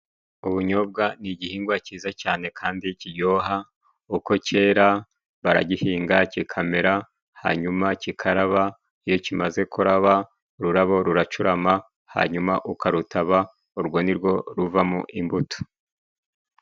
Ubunyobwa ni igihingwa cyiza cyane kandi kiryoha. uko cyera baragihinga kikamera, hanyuma kikaraba, iyo kimaze kuraba, ururabo ruracurama hanyuma ukarutaba. Urwo nirwo ruvamo imbuto.